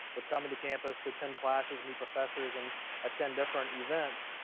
with coming to campus to attend classes, meet professors and attend different events.